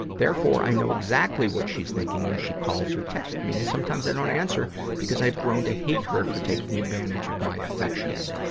therefore, i know exactly what she's thinking when she calls or texts me, and sometimes i don't answer because i've grown to hate her for taking advantage of my affections.